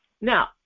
Now